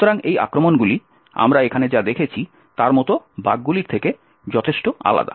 সুতরাং এই আক্রমণগুলি আমরা এখানে যা দেখেছি তার মতো বাগগুলির থেকে যথেষ্ট আলাদা